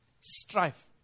strife